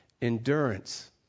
Endurance